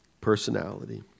personality